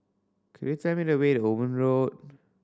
could you tell me the way Owen Road